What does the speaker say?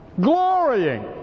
glorying